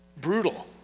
Brutal